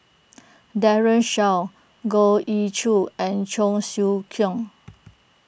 Daren Shiau Goh Ee Choo and Cheong Siew Keong